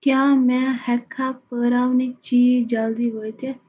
کیٛاہ مےٚ ہٮ۪ککھا پٲراونٕکۍ چیٖز جلدی وٲتِتھ